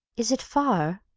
is it far?